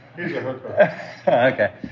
Okay